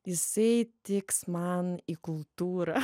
jisai tiks man į kultūrą